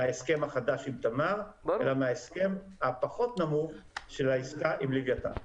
ההסכם החדש עם תמר אלא מן ההסכם הפחות נמוך של העסקה עם לווייתן.